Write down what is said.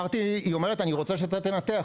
היא אומרת לי: אני רוצה שאתה תנתח,